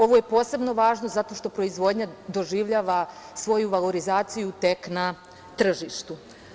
Ovo je posebno važno zato što proizvodnja doživljava svoju valorizaciju tek na tržištu.